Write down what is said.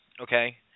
okay